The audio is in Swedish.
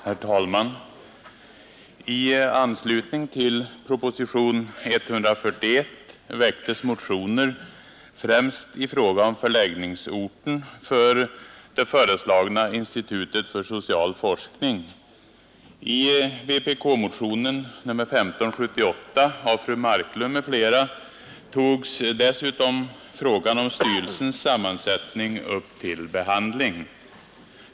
Herr talman! I anslutning till propositionen 141 år 1971 väcktes motioner, främst i fråga om förläggningsorten för det föreslagna institutet för social forskning. I vpk-motionen 1578 av fru Marklund m.fl. togs dessutom frågan om styrelsens sammansättning upp till behandling.